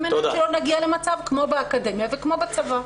מנת שלא נגיע למצב כמו באקדמיה וכמו בצבא.